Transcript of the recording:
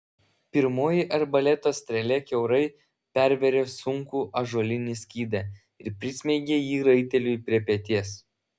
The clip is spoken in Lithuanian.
pirmoji arbaleto strėlė kiaurai pervėrė sunkų ąžuolinį skydą ir prismeigė jį raiteliui prie peties